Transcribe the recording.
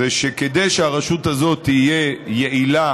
כדי שהרשות הזאת תהיה יעילה